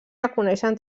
reconeixen